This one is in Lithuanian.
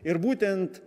ir būtent